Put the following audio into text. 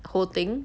whole thing